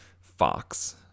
Fox